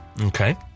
Okay